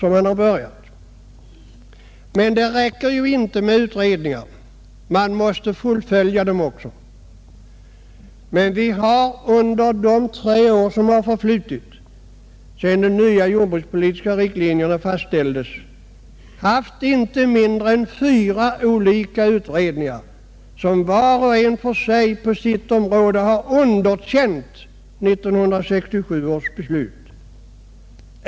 Men det räcker ju inte med att tillsätta utredningar — man mäste fullfölja dem också. Vi har emellertid under de tre år som förflutit sedan de nya jordbrukspolitiska riktlinjerna fastställdes haft inte mindre än fyra olika utredningar som var och en på sitt område har underkänt 1967 ärs beslut.